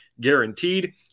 guaranteed